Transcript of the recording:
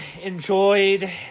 enjoyed